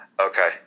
Okay